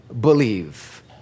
believe